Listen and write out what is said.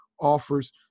offers